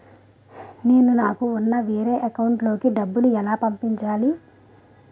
నేను నాకు ఉన్న వేరే అకౌంట్ లో కి డబ్బులు ఎలా పంపించాలి?